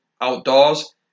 outdoors